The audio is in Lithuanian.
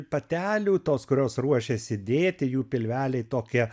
patelių tos kurios ruošiasi dėti jų pilveliai tokie